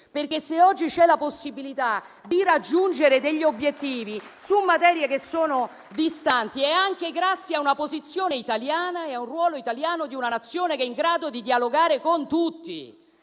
Se oggi c'è la possibilità di raggiungere degli obiettivi su materie che sono distanti è anche grazie a una posizione italiana e a un ruolo italiano, di una Nazione che è in grado di dialogare con tutti.